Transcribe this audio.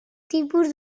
tipus